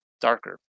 darker